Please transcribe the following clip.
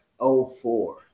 04